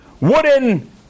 wooden